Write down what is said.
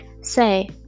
Say